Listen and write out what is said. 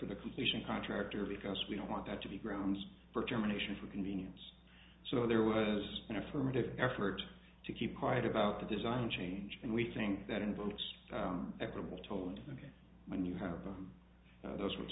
for the completion contractor because we don't want that to be grounds for termination for convenience so there was an affirmative effort to keep quiet about the design change and we think that involves equitable toland ok when you have them those w